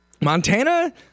Montana